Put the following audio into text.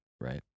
right